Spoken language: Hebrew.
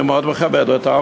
אני מאוד מכבד אותם,